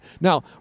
Now